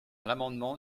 l’amendement